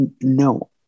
No